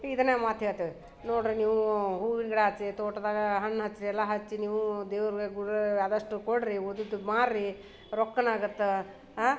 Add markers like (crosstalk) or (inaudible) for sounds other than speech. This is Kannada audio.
ಇದನ್ನೇ ಮಾತು ಹೇಳ್ತೇವೆ ನೋಡಿರಿ ನೀವೂ ಹೂವಿನ ಗಿಡ ಹಚ್ಚಿ ತೋಟ್ದಾಗ ಹಣ್ಣು ಹಚ್ಚಿರಿ ಎಲ್ಲ ಹಚ್ಚಿ ನೀವೂ ದೇವ್ರಗೆ (unintelligible) ಆದಷ್ಟು ಕೊಡಿರಿ ಉಳಿದದ್ದು ಮಾರಿರಿ ರೊಕ್ಕನೂ ಆಗತ್ತೆ ಹಾಂ ನಿಮ್ಗೆ